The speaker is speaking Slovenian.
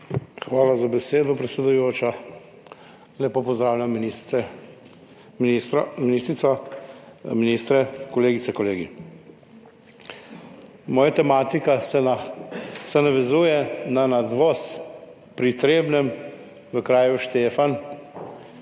Hvala za besedo, predsedujoča. Lepo pozdravljam ministrice, ministre, kolegice, kolege! Moja tematika se navezuje na nadvoz pri Trebnjem v kraju Štefan.